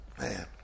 man